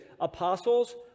apostles